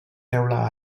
teula